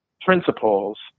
principles